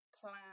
plan